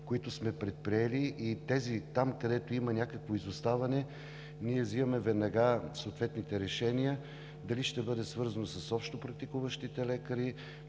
които сме предприели, и там, където има някакво изоставане, ние взимаме веднага съответните решения. Дали ще бъде свързано с общопрактикуващите лекари,